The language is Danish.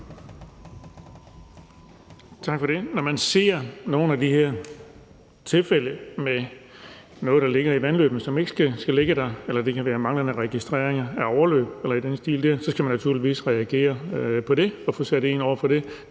Tak for det. Når man ser nogle af de her tilfælde, hvor der ligger noget i vandløbene, som ikke skal ligge der, eller der er manglende registrering af overløb eller noget i den stil, så skal man naturligvis reagere på det og få sat ind over for det.